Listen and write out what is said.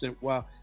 wow